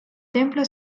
templo